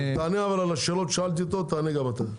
על השאלות ששאלתי את אייל, תענה גם אתה.